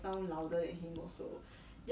spoil my mood